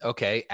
Okay